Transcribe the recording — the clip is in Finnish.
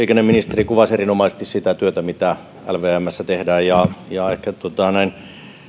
liikenneministeri kuvasi erinomaisesti sitä työtä mitä lvmssä tehdään näin